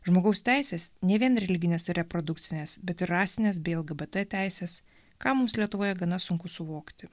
žmogaus teisės ne vien religinės reprodukcinės bet ir rasinės bei lgbt teisės ką mūsų lietuvoje gana sunku suvokti